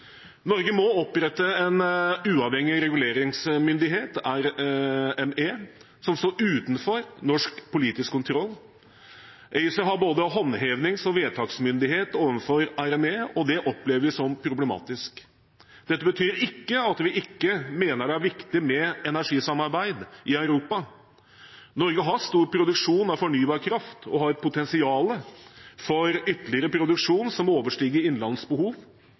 Norge må opprette en uavhengig reguleringsmyndighet, RME, som står utenfor norsk politisk kontroll. ACER har både håndhevings- og vedtaksmyndighet overfor RME, og det oppleves som problematisk. Dette betyr ikke at vi ikke mener det er viktig med energisamarbeid i Europa. Norge har stor produksjon av fornybar kraft og har potensial for ytterligere produksjon, som overstiger innlandets behov,